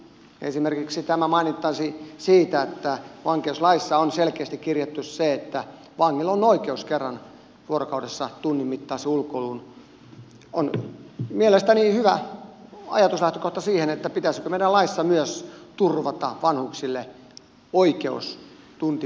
esimerkiksi tämä maininta siitä että vankeuslaissa on selkeästi kirjattu se että vangilla on oikeus kerran vuorokaudessa tunnin mittaiseen ulkoiluun on mielestäni hyvä ajatuslähtökohta siihen pitäisikö meidän laissa turvata myös vanhuksille oikeus tunti päivässä ulkoiluun